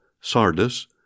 Sardis